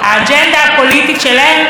האג'נדה הפוליטית שלהם,